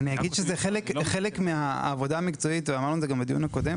כחלק מהעבודה המקצועית ואמרנו את זה גם בדיון הקודם